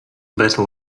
battle